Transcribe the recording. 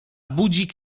budzik